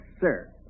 sir